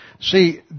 See